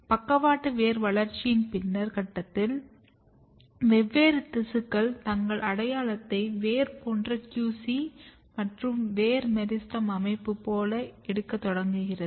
பக்கவாட்டு வேர் வளர்ச்சியின் பின்னர் கட்டத்தில் வெவ்வேறு திசுக்கள் தங்கள் அடையாளத்தை வேர் போன்ற QC மற்றும் வேர் மெரிஸ்டெம் அமைப்பு போல எடுக்கத் தொடங்குகின்றன